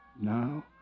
Now